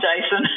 Jason